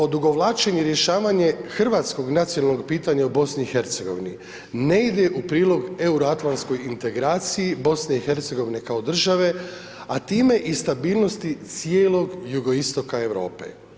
Odugovlačenje rješenje hrvatskog nacionalnog pitanja u BiH ne ide u prilog euroatlantskoj integraciji BiH kao države, a time i stabilnosti cijelog jugoistoka Europe.